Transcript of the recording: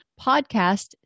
podcast